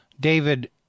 David